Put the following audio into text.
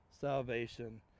salvation